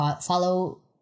follow